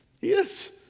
Yes